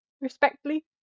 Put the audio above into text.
Respectfully